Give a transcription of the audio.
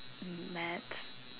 maths